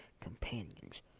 companions